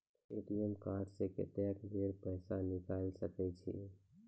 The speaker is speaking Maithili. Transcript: ए.टी.एम कार्ड से कत्तेक बेर पैसा निकाल सके छी?